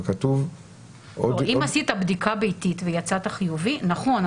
אבל כתוב --- או אם עשית בדיקה ביתית ויצאת חיובי נכון,